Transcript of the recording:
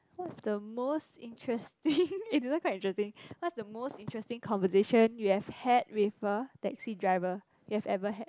what's the most interesting eh this one quite interesting what's the most interesting conversation you have had with a taxi driver you have ever had